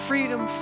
Freedom